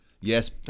yes